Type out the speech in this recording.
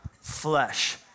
flesh